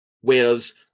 whereas